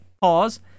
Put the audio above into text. Pause